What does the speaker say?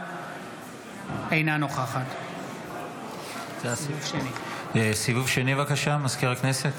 אינה נוכחת סיבוב שני, בבקשה, מזכיר הכנסת.